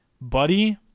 buddy